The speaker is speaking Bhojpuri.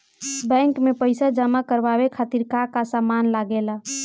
बैंक में पईसा जमा करवाये खातिर का का सामान लगेला?